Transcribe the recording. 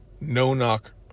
no-knock